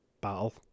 battle